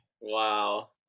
wow